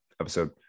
episode